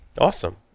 Awesome